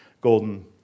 golden